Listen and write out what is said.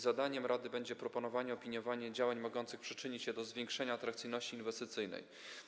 Zadaniem rady będzie proponowanie, opiniowanie działań mogących przyczynić się do zwiększenia atrakcyjności inwestycyjnej.